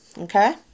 okay